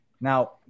now